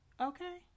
Okay